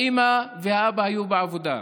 האימא והאבא היו בעבודה.